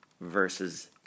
versus